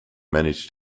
managed